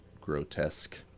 grotesque